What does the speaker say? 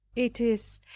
it is,